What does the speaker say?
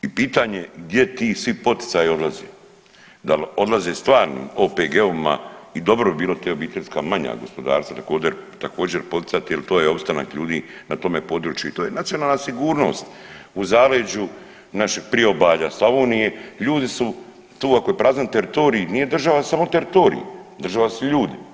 I pitanje gdje ti svi poticaji odlaze, da li odlaze stvarno OPG-ovima i dobro bi bilo ta obiteljska manja gospodarstva također poticati jer to je opstanak ljudi na tome području i to je nacionalna sigurnost u zaleđu našeg priobalja, Slavonije, ljudi su tu ako je prazan teritorij, nije država samo teritorij, država su ljudi.